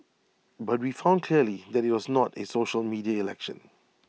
but we've found clearly that IT was not A social media election